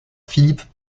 philippe